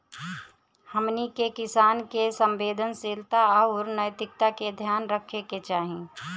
हमनी के किसान के संवेदनशीलता आउर नैतिकता के ध्यान रखे के चाही